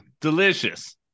delicious